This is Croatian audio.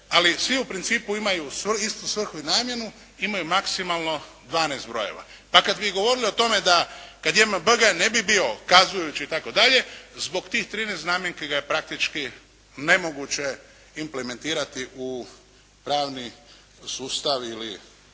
ali svi u principu imaju istu svrhu i namjenu, imaju maksimalno 12 brojeva. Pa kad bi govorili o tome da kad JMBG ne bi bio kazujući itd., zbog tih 13 znamenki ga je praktički nemoguće implementirati u pravni sustav ili